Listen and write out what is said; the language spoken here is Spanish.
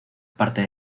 parte